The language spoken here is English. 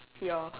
your